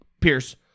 Pierce